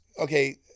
okay